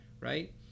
right